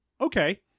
okay